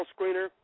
screener